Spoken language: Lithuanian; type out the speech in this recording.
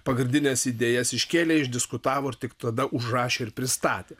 pagrindines idėjas iškėlė išdiskutavo ir tik tada užrašė ir pristatė